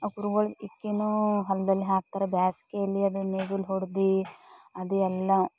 ಕುರಿಗಳ್ದು ಇಕ್ಕಿನು ಹೊಲದಲ್ಲಿ ಹಾಕ್ತಾರೆ ಬೇಸ್ಗೆಯಲ್ಲಿ ಅದನ್ನ ನೀರಲ್ಲಿ ಹೊಡ್ದು ಅದು ಎಲ್ಲ